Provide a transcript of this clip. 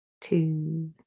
two